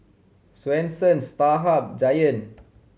Swensens Starhub Giant